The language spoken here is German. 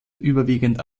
überwiegend